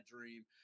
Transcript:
dream